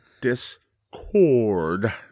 Discord